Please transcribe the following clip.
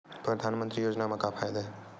परधानमंतरी योजना म का फायदा?